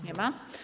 Nie ma.